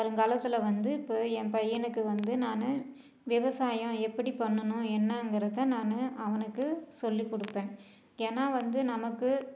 வருங்காலத்தில் வந்து இப்போ என் பையனுக்கு வந்து நான் விவசாயம் எப்படி பண்ணணும் என்னங்கிறதை நான் அவனுக்கு சொல்லி கொடுப்பேன் ஏன்னா வந்து நமக்கு